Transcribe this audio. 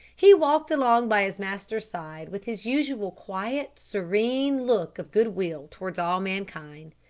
he walked along by his master's side with his usual quiet, serene look of good-will towards all mankind.